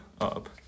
up